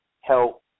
help